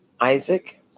Isaac